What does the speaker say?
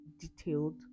detailed